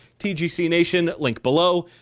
tgc nation. link below.